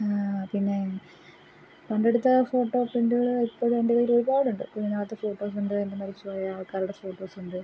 പിന്നെ പണ്ടെടുത്ത ഫോട്ടോ പ്രിൻ്റുകൾ ഇപ്പോഴും എൻ്റെ കയ്യിൽ ഒരുപാടുണ്ട് കുഞ്ഞുനാളിലത്തെ ഫോട്ടോസുണ്ട് എൻ്റെ മരിച്ചു പോയ ആൾക്കാരുടെ ഫോട്ടോസുണ്ട്